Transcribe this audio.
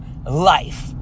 life